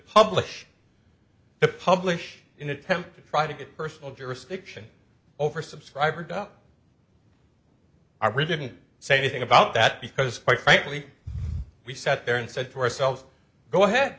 publish the publish in an attempt to try to get personal jurisdiction over subscriber got our it didn't say anything about that because quite frankly we sat there and said to ourselves go ahead